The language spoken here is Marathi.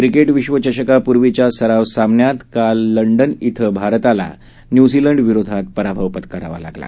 क्रिकेट विश्वचषकापूर्वीच्या सराव सामन्यांत काल लंडन इथं भारताला न्यूझीलंड विरोधात पराभव पत्कारावा लागला